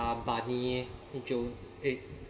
uh bunny joe egg